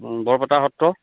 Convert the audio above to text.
Barpeta Satra